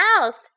mouth